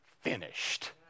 finished